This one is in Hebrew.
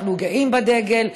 אנחנו גאים בדגל,